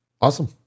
Awesome